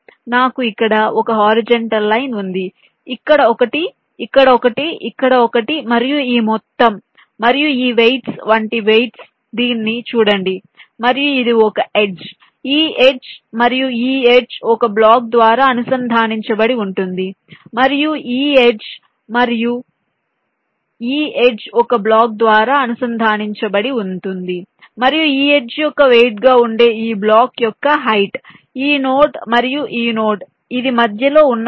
నాకు ఇక్కడ ఒక హరిజోన్టల్ లైన్ ఉంది ఇక్కడ ఒకటి ఇక్కడ ఒకటి ఇక్కడ ఒకటి మరియు ఈ మొత్తం మరియు ఈ వెయిట్స్ వంటి వెయిట్స్ దీన్ని చూడండి మరియు ఇది ఒక ఎడ్జ్ ఈ ఎడ్జ్ మరియు ఈ ఎడ్జ్ ఒక బ్లాక్ ద్వారా అనుసంధానించబడి ఉంటుంది మరియు ఈ ఎడ్జ్ యొక్క వెయిట్ గా ఉండే ఈ బ్లాక్ యొక్క హైట్ ఈ నోడ్ మరియు ఈ నోడ్ ఇది మధ్యలో ఉన్న బ్లాక్